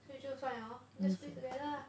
所以就算 liao lor then just squeeze together lah